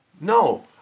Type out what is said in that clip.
No